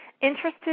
interested